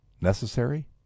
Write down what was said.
Necessary